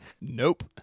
Nope